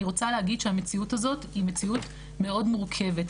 אני רוצה להגיד שהמציאות הזו היא מציאות מאוד מורכבת.